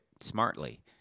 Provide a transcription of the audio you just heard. smartly